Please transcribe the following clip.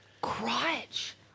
Crotch